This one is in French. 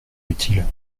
utile